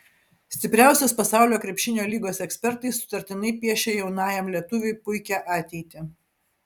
stipriausios pasaulio krepšinio lygos ekspertai sutartinai piešia jaunajam lietuviui puikią ateitį